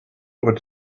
would